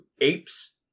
apes